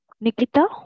Nikita